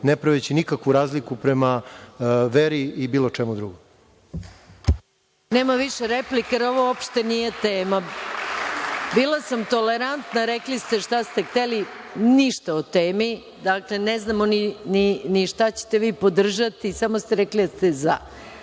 ne praveći nikakvu razliku prema veri i bilo čemu drugom. **Maja Gojković** Nema više replika, jer ovo uopšte nije tema. Bila sam tolerantna, rekli ste šta ste hteli, ništa o temi. Dakle, ne znamo ni šta ćete vi podržati. Samo ste rekli da ste „za“.